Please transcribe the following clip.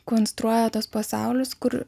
konstruoja tuos pasaulius kur